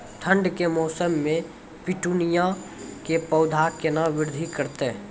ठंड के मौसम मे पिटूनिया के पौधा केना बृद्धि करतै?